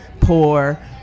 poor